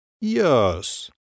Yes